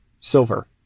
silver